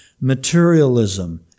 Materialism